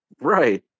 Right